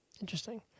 Interesting